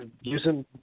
using